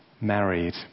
married